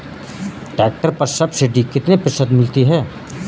Tractor पर subsidy कितने प्रतिशत मिलती है?